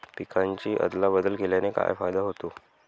पिकांची अदला बदल केल्याने काय फायदा होतो?